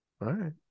right